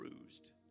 bruised